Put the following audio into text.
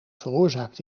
veroorzaakt